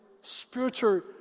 spiritual